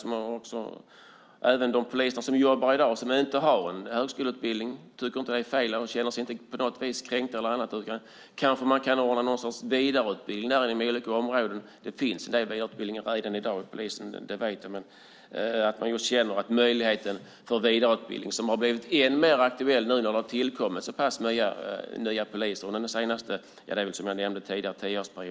Det handlar även om de poliser som jobbar i dag och som inte har en högskoleutbildning. Jag tycker inte att det är fel. De ska inte på något vis känna sig kränkta. Kanske man kan ordna någon sorts vidareutbildning inom olika områden. Det finns en del utbildningar redan i dag inom polisen. Det vet jag. Möjligheten till vidareutbildning har blivit än mer aktuell nu när det har tillkommit så pass många nya poliser under en tioårsperiod, som jag nämnde tidigare.